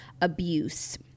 abuse